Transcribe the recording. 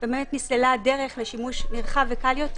ובאמת נסללה הדרך לשימוש נרחב וקל יותר